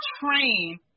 train